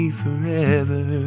forever